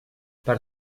per